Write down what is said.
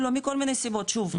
וסרבו, מכל מיני סיבות, שוב.